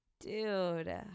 dude